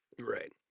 Right